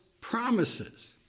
promises